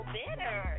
bitter